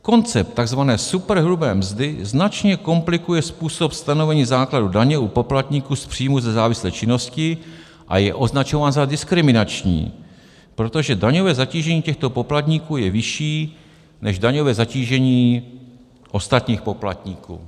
Koncept takzvané superhrubé mzdy značně komplikuje způsob stanovení základu daně u poplatníků z příjmu ze závislé činnosti a je označován za diskriminační, protože daňové zatížení těchto poplatníků je vyšší než daňové zatížení ostatních poplatníků.